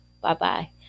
Bye-bye